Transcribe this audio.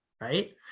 right